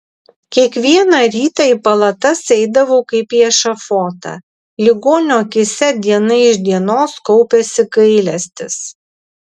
kiekvieną rytą į palatas eidavau kaip į ešafotą ligonių akyse diena iš dienos kaupėsi gailestis